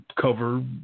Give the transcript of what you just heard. cover